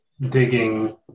digging